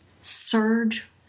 surge